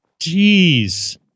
Jeez